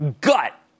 gut